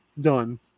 done